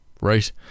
right